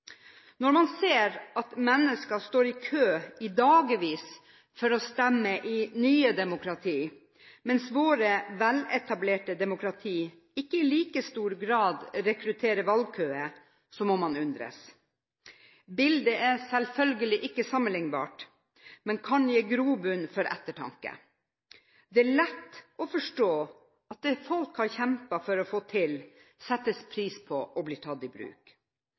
Når man ser at mennesker står i kø i dagevis for å stemme i nye demokratier, mens vårt veletablerte demokrati ikke i like stor grad rekrutterer til valgkøer, må man undres. Bildet er selvfølgelig ikke sammenlignbart, men kan gi grobunn for ettertanke. Det er lett å forstå at det folk har kjempet for å få til, settes pris på og blir tatt i bruk.